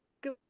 Good